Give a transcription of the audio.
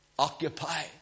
occupy